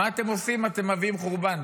מה אתם עושים, אתם מביאים חורבן.